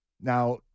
Now